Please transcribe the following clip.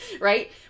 right